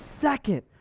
second